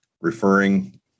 referring